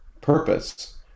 purpose